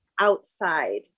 outside